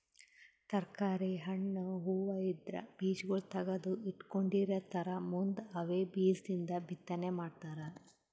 ತರ್ಕಾರಿ, ಹಣ್ಣ್, ಹೂವಾ ಇದ್ರ್ ಬೀಜಾಗೋಳ್ ತಗದು ಇಟ್ಕೊಂಡಿರತಾರ್ ಮುಂದ್ ಅವೇ ಬೀಜದಿಂದ್ ಬಿತ್ತನೆ ಮಾಡ್ತರ್